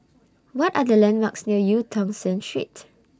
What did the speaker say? What Are The landmarks near EU Tong Sen Street